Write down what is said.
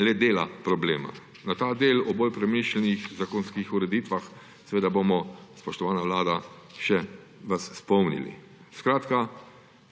le dela problema. Na ta del o bolj premišljenih zakonskih ureditvah, vas bomo, spoštovana vlada, še spomnili. Skratka,